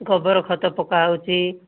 ଗୋବର ଖତ ପକାହେଉଛି